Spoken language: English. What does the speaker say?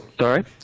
Sorry